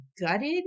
gutted